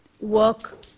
work